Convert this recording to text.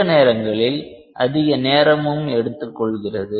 சில நேரங்களில் அதிக நேரமும் எடுத்துக் கொள்கிறது